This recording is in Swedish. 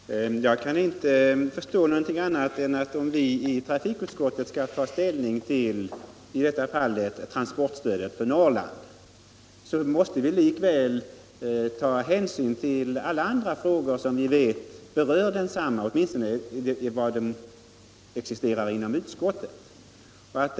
Fru talman! Jag kan inte förstå annat än att vi, om vi i trafikutskottet skall ta ställning till transportstödet för Norrland, också måste ta hänsyn till alla andra frågor som vi vet berör detta, åtminstone vad gäller trafikutskottets område.